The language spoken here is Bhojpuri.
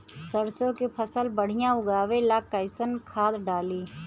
सरसों के फसल बढ़िया उगावे ला कैसन खाद डाली?